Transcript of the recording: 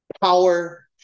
power